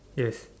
yes